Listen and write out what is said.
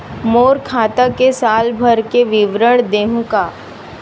मोर खाता के साल भर के विवरण देहू का?